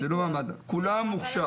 זה לא מעמד, כולם מוכש"ר.